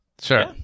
Sure